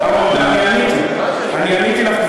אני עניתי לך,